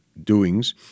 doings